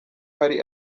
hari